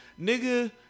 nigga